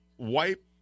Wipe